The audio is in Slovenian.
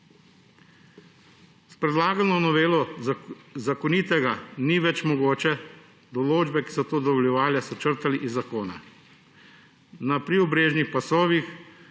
S predlagano novelo zakonitega ni več mogoče, določbe, ki so to dovoljevale, so črtali iz zakona. Na priobrežnih pasovih